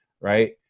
Right